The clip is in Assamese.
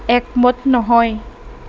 একমত নহয়